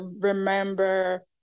remember